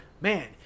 Man